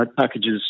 packages